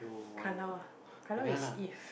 ah is if